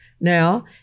now